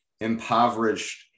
impoverished